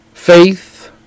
Faith